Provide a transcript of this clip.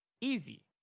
Easy